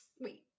Wait